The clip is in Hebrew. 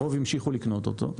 הרוב המשיכו לקנות אותו,